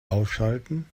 ausschalten